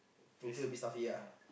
will feel a bit stuffy ah